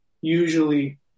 usually